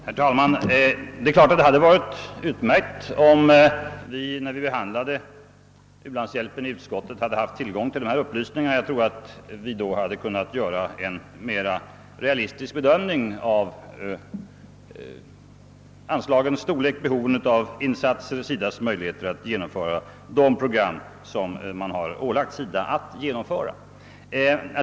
Herr talman! Det hade naturligtvis varit utmärkt, om vi i statsutskottet hade haft tillgång till dessa upplysningar när vi behandlade u-landshjälpen. Jag tror att vi då skulle ha kunnat göra en mera realistisk bedömning av anslagens storlek, behovet av insatser och SIDA:s möjligheter att genomföra det program som man har ålagts att genomföra.